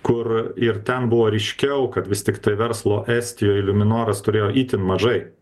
kur ir ten buvo ryškiau kad vis tiktai verslo estijoj liuminoras turėjo itin mažai